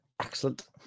Excellent